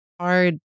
hard